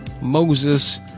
Moses